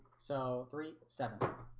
so three seven